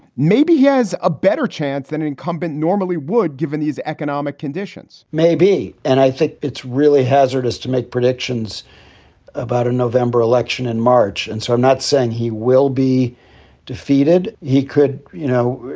maybe he has a better chance than an incumbent normally would. given these economic conditions, maybe and i think it's really hazardous to make predictions about a november election in march. and so i'm not saying he will be defeated. he could, you know,